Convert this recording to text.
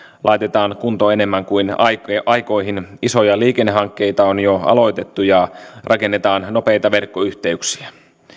laitetaan kuntoon enemmän kuin aikoihin aikoihin isoja liikennehankkeita on jo aloitettu ja rakennetaan nopeita verkkoyhteyksiä